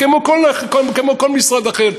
כמו כל משרד אחר,